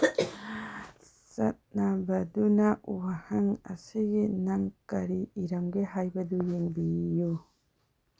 ꯆꯠꯅꯕꯗꯨꯅ ꯋꯥꯍꯪ ꯑꯁꯤꯒꯤ ꯅꯪ ꯀꯔꯤ ꯏꯔꯝꯒꯦ ꯍꯥꯏꯕꯗꯨ ꯌꯦꯡꯕꯤꯌꯨ